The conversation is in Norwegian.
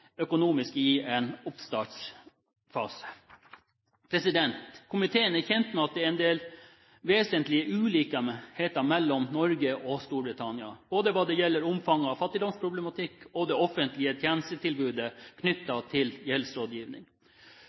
økonomisk i en oppstartsfase. Komiteen er kjent med at det er en del vesentlige ulikheter mellom Norge og Storbritannia, hva gjelder både omfanget av fattigdomsproblematikk og det offentlige tjenestetilbudet knyttet til gjeldsrådgivning.